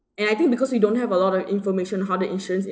and I think because we don't have a lot of information how the insurance